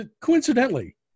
coincidentally